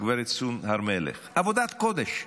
הגברת סון הר מלך, עבודת קודש.